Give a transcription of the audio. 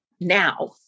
now